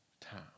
time